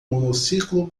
monociclo